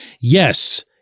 Yes